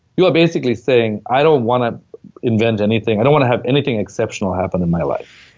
you are basically saying, i don't wanna invent anything. i don't wanna have anything exceptional happen in my life.